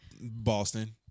boston